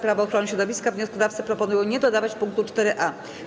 Prawo ochrony środowiska wnioskodawcy proponują nie dodawać pkt 4a.